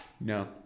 no